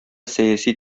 сәяси